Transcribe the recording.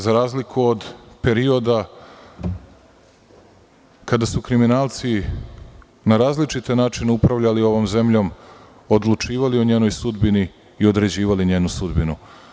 Za razliku od perioda kada su kriminalci na različite načine upravljali ovom zemljom, odlučivali o njenoj sudbini i određivali njenu sudbinu.